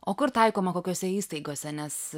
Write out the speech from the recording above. o kur taikoma kokiose įstaigose nes